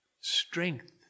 strength